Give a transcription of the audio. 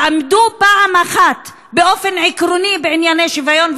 תעמדו פעם אחת באופן עקרוני בענייני שוויון,